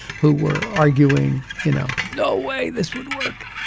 who were arguing, you know, no way this would work.